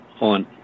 on